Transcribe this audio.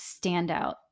standout